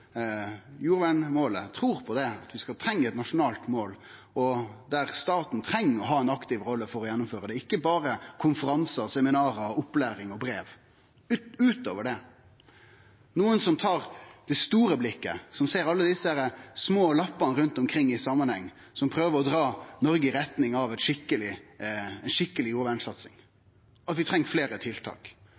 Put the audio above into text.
at vi treng eit nasjonalt mål, der staten må ha ei aktiv rolle for å gjennomføre det, ikkje berre halde konferansar, seminar, gi opplæring og sende brev, men meir enn det, og at vi treng nokon som tar det store blikket, som ser alle dei små lappane rundt omkring i samanheng, som prøver å dra Noreg i retning av ei skikkeleg jordvernsatsing, som ser at vi treng fleire tiltak,